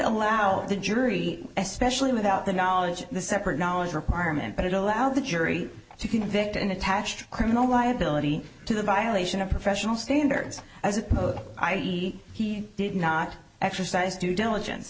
allow the jury especially without the knowledge the separate knowledge requirement but it allowed the jury to convict and attached criminal liability to the violation of professional standards as opposed to i e he did not exercise due diligence